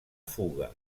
fuga